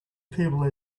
people